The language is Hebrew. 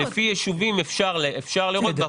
לפי ישובים אפשר לראות.